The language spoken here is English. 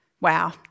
Wow